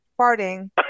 farting